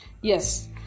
yes